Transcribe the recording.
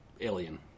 alien